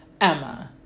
Emma